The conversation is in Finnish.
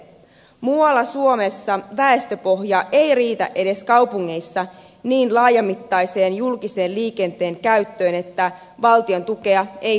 muualla suomessa väestöpohja ei riitä edes kaupungeissa niin laajamittaiseen julkisen liikenteen käyttöön että valtion tukea ei tarvittaisi